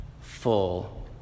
Full